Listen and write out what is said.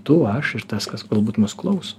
tu aš ir tas kas galbūt mūs klaus